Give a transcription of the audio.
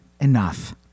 enough